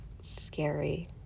scary